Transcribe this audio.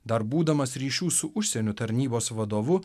dar būdamas ryšių su užsieniu tarnybos vadovu